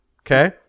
Okay